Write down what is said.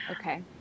Okay